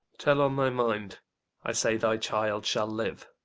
tell on thy mind i say thy child shall live.